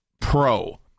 Pro